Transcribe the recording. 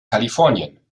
kalifornien